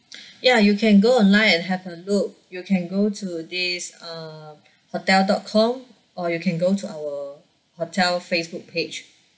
ya you can go online and have a look you can go to this uh hotel dot com or you can go to our hotel facebook page